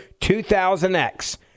2000x